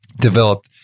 developed